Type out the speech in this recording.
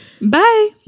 Bye